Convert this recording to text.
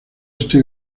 este